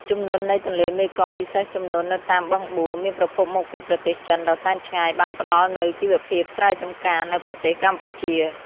ជំនន់នៃទន្លេមេគង្គ ពិសេសជំនន់នៅតាមបឹងបួរ មានប្រភពមកពីប្រទេសចិនដ៏សែនឆ្ងាយបានផ្តល់នូវជីវភាពស្រែចម្ការនៅប្រទេសកម្ពុជា។